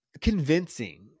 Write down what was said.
convincing